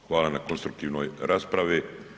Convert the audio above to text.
Hvala na konstruktivnoj raspravi.